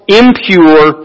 impure